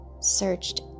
searched